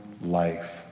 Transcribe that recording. life